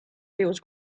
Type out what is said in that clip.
feels